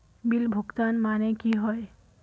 Bill भुगतान माने की होय?